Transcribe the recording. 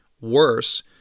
Worse